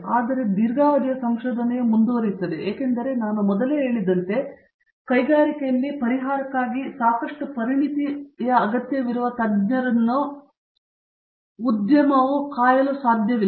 ಆದರೆ ದೀರ್ಘಾವಧಿಯ ಸಂಶೋಧನೆಯು ಮುಂದುವರಿಯುತ್ತದೆ ಏಕೆಂದರೆ ನಾನು ಮೊದಲೇ ಹೇಳಿದಂತೆ ಕೈಗಾರಿಕೆಯಲ್ಲಿ ಪರಿಹಾರಕ್ಕಾಗಿ ಸಾಕಷ್ಟು ಪರಿಣತಿ ಅಗತ್ಯವಿರುವ ತಜ್ಞರನ್ನು ಉದ್ಯಮವು ಕಾಯಲು ಸಾಧ್ಯವಿಲ್ಲ